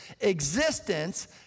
Existence